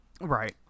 Right